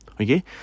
Okay